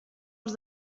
als